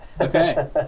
Okay